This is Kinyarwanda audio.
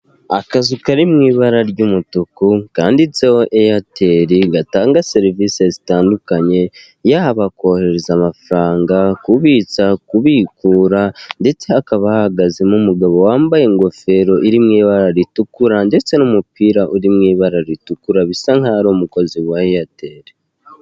Akazu kari mu ibara ry'umutuku, kanditseho eyateri gatanga serivisi zitandukanye, yaba kohereza amafaranga, kubitsa, kubikura, ndetse hakaba hahagaze mo umugabo wambaye ingofero iri mu ibara ritukura ndetse n'umupira uri mu ibara ritukura bisa nk'aho ari umukozi wa eyateri.